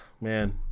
Man